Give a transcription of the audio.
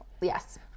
Yes